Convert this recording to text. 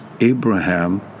Abraham